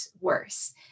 worse